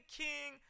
king